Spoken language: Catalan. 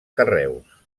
carreus